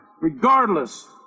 regardless